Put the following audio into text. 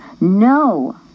No